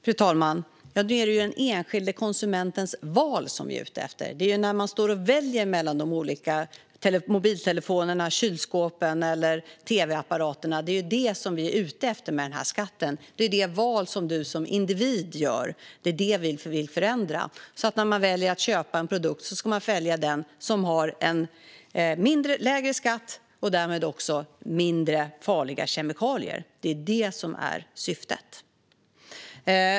Herr talman! Nu är det ju den enskilda konsumentens val vi är ute efter. Det är när man står och väljer mellan de olika mobiltelefonerna, kylskåpen eller tv-apparaterna. Det är det vi är ute efter med denna skatt - det val som du som individ gör. Det är det vi vill förändra så att den som väljer att köpa en produkt ska välja den som har lägre skatt och därmed också mindre mängd farliga kemikalier. Det är det som är syftet.